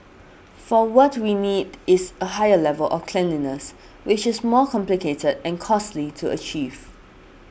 for what we need is a higher level of cleanliness which is more complicated and costly to achieve